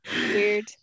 Weird